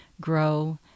grow